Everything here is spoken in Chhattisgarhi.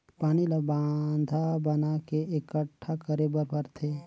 पानी ल बांधा बना के एकटठा करे बर परथे